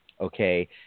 okay